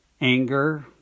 anger